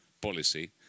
policy